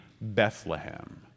Bethlehem